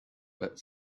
but